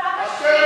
משמיץ?